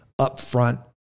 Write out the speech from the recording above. upfront